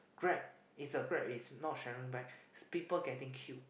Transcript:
grab is a grab is not sharing bike people getting killed